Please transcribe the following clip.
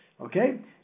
Okay